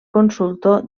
consultor